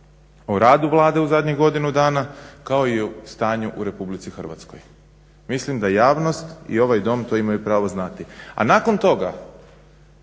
o radu Vlade u zadnjih godinu dana kao i o stanju u RH. mislim da javnost i ovaj Dom to imaju pravo znati. A nakon toga